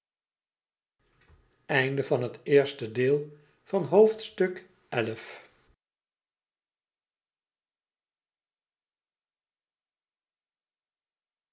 hoofdstuk van het eerste deel van het